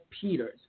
Peters